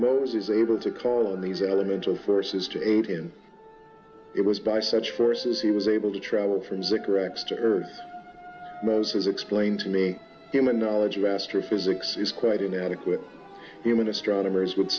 most is able to call in these elemental forces to aid in it was by such forces he was able to travel from cigarettes to earth most as explained to me human knowledge of astrophysics is quite inadequate human astronomers would